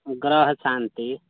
ग्रह शान्ति